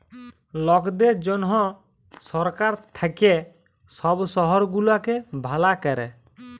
লকদের জনহ সরকার থাক্যে সব শহর গুলাকে ভালা ক্যরে